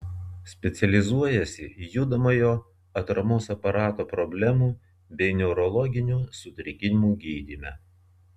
specializuojasi judamojo atramos aparato problemų bei neurologinių sutrikimų gydyme